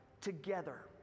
together